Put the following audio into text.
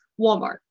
Walmart